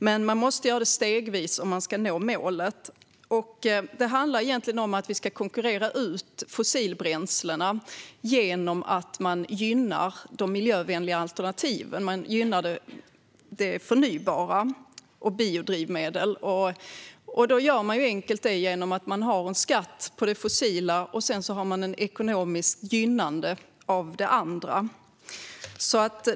Men man måste göra detta stegvis om man ska nå målet. Det handlar egentligen om att vi ska konkurrera ut fossilbränslena genom att gynna de miljövänliga alternativen, alltså de förnybara bränslena, biodrivmedlen. Det gör man enkelt genom att ha en skatt på det fossila och sedan ett ekonomiskt gynnande av det andra.